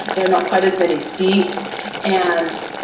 there not quite as many seats and,